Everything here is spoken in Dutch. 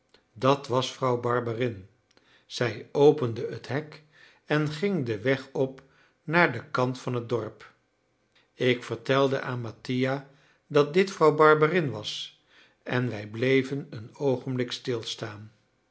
dat was vrouw barberin zij opende het hek en ging den weg op naar den kant van het dorp ik vertelde aan mattia dat dit vrouw barberin was en wij bleven een oogenblik stilstaan